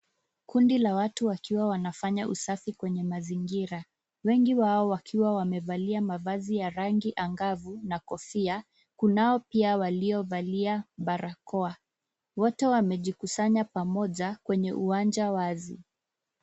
Kundi la watu wakiwa wanafanya usafi kwenye mazingira. Wengi wao wakiwa wamevalia mavazi ya rangi angavu na kofia. Kunao pia waliovalia barakoa. Wote wamejikusanya pamoja kwenye uwanja wazi.